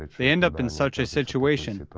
they end up in such a situation,